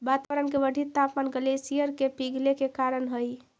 वातावरण के बढ़ित तापमान ग्लेशियर के पिघले के कारण हई